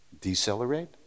Decelerate